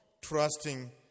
trusting